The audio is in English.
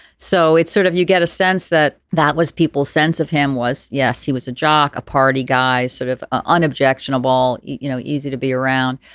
so it's sort of you get a sense that that was people's sense of him was yes he was a jock a party guy sort of unobjectionable you know easy to be around.